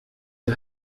who